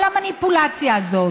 כל המניפולציה הזאת,